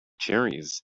cherries